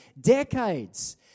decades